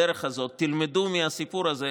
בדרך הזאת תלמדו מהסיפור הזה,